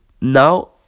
now